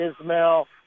Ismail